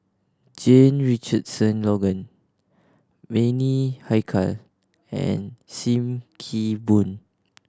Jame Richardson Logan Bani Haykal and Sim Kee Boon